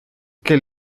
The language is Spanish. que